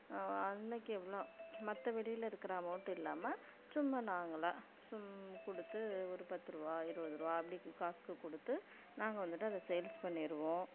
அன்னைக்கு எவ்வளோ மற்ற வெளியில இருக்கிற அமௌண்ட் இல்லாமல் சும்மா நாங்களாக சு கொடுத்து ஒரு பத்துரூவா இருபதுரூவா அப்படி காசுக்கு கொடுத்து நாங்கள் வந்துவிட்டு அதை சேல்ஸ் பண்ணிருவோம்